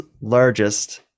largest